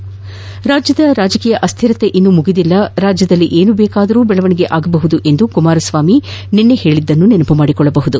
ಕರ್ನಾಟಕದ ರಾಜಕೀಯ ಅಸ್ಥಿರತೆ ಇನ್ನೂ ಮುಗಿದಿಲ್ಲ ರಾಜ್ಯದಲ್ಲಿ ಏನು ಬೇಕಾದರು ಬೆಳವಣಿಗೆಯಾಗಬಹುದು ಎಂದು ಕುಮಾರಸ್ವಾಮಿ ನಿನ್ನೆ ಹೇಳಿದ್ದನ್ನು ನೆನಪು ಮಾಡಿಕೊಳ್ಳಬಹುದು